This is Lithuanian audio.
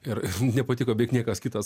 ir nepatiko beveik niekas kitas